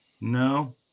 No